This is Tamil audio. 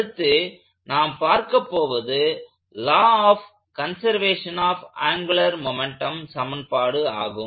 அடுத்து நாம் பார்க்கப்போவது law of conservation of angular momentum சமன்பாடாகும்